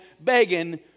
begging